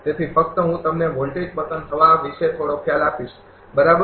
તેથી ફક્ત હું તમને વોલ્ટેજ પતન થવા વિશે થોડો ખ્યાલ આપીશ બરાબર